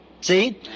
see